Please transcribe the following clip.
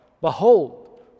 Behold